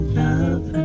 love